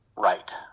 right